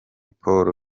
paul